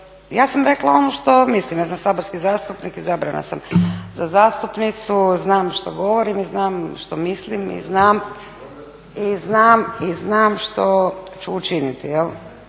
Ja sam rekla ono što mislim, ja sam saborski zastupnik, izabrana sam za zastupnici, znam šta govorim i znam šta mislim i znam što ću učiniti